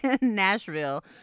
nashville